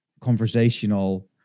conversational